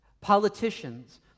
politicians